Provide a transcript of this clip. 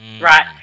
Right